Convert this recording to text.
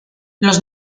los